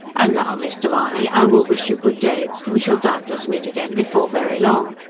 and now, mr. mahony, i will wish you good day we shall doubtless meet again before very long.